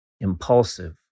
impulsive